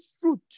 fruit